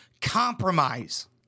compromise